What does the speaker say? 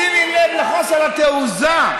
שימי לב לחוסר התעוזה.